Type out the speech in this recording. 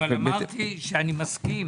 אמרתי שאני מסכים